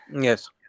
Yes